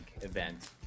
event